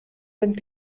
sind